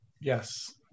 Yes